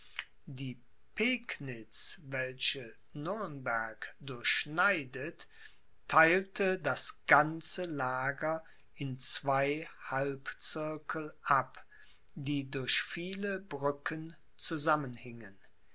pegnitz welche nürnberg durchschneidet theilte das ganze lager in zwei halbzirkel ab die durch viele brücken zusammenhingen